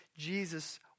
Jesus